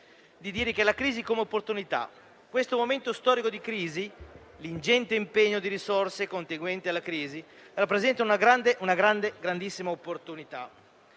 di indicare la crisi come un'opportunità. In questo momento storico, l'ingente impegno di risorse conseguente alla crisi rappresenta una grandissima opportunità.